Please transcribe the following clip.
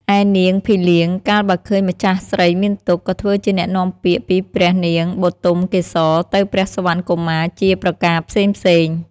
ឯនាងភីលៀង កាលបើឃើញម្ចាស់ស្រីមានទុក្ខ ក៏ធ្វើជាអ្នកនាំពាក្យពីព្រះនាងបុទមកេសរទៅព្រះសុវណ្ណកុមារជាប្រការផ្សេងៗ។